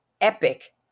epic